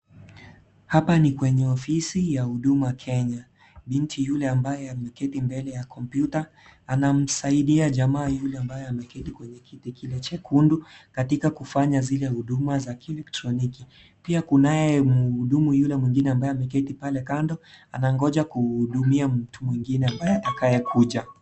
Hapa ni kwenye ofisi ya Huduma Kenya, ni mtu yule ambaye ameketi mbele ya kompyuta anamsaidia jamaa yule ambaye ameketi kwenye kiti kilio chekundu katika kufanya zile huduma za kielektroniki. Pia kunaye mhudumu yule mwingine ambaye ameketi pale kando anangoja kuhudumia mtu mwingine ambaye atakayekuja.